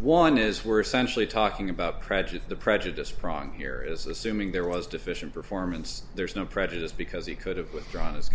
one is were essentially talking about prejudice the prejudice prong here is assuming there was deficient performance there's no prejudice because he could have withdrawn